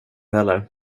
heller